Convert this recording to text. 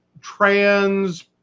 trans